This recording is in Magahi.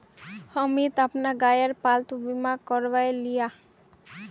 अमित अपना गायेर पालतू बीमा करवाएं लियाः